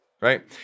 right